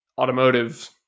automotive